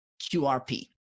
QRP